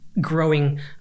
growing